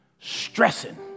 stressing